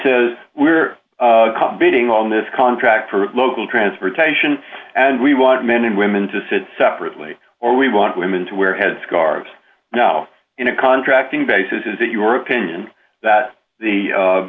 says we're bidding on this contract for local transportation and we want men and women to sit separately or we want women to wear headscarves you know in a contracting basis is that your opinion that the